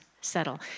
settle